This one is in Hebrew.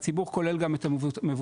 והציבור כולל גם את המבוטחים.